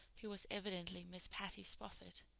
who was evidently miss patty spofford.